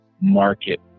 market